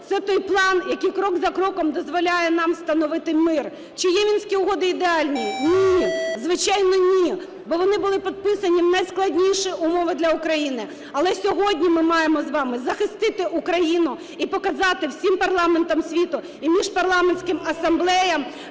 Це той план, який крок за кроком дозволяє нам встановити мир. Чи є Мінські угоди ідеальні? Ні. Звичайно, ні. Бо вони були підписані в найскладніші умови для України. Але сьогодні ми маємо з вами захистити Україну і показати всім парламентам світу і міжпарламентським асамблеям